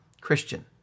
Christian